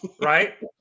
right